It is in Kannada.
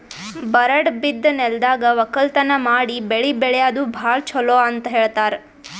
ಬರಡ್ ಬಿದ್ದ ನೆಲ್ದಾಗ ವಕ್ಕಲತನ್ ಮಾಡಿ ಬೆಳಿ ಬೆಳ್ಯಾದು ಭಾಳ್ ಚೊಲೋ ಅಂತ ಹೇಳ್ತಾರ್